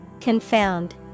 Confound